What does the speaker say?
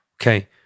Okay